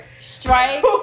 Strike